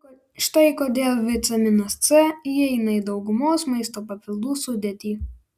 štai kodėl vitaminas c įeina į daugumos maisto papildų sudėtį